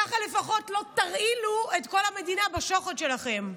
ככה לפחות לא תרעילו את כל המדינה בשוחד שלכם,